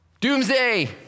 Doomsday